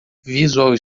visual